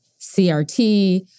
CRT